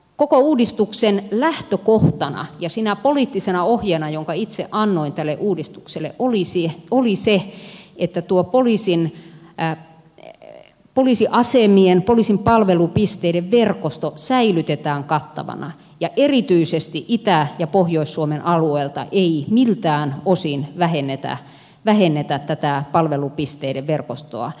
koko uudistuksen lähtökohtana ja sinä poliittisena ohjeena jonka itse annoin tälle uudistukselle oli se että poliisiasemien poliisin palvelupisteiden verkosto säilytetään kattavana ja erityisesti itä ja pohjois suomen alueelta ei miltään osin vähennetä tätä palvelupisteiden verkostoa